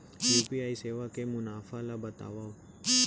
UPI सेवा के मुनाफा ल बतावव?